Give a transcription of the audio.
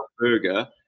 Burger